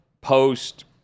post